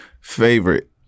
favorite